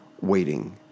waiting